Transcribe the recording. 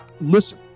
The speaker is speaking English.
Listen